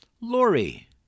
Lori